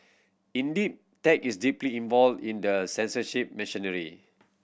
indeed tech is deeply involved in the censorship machinery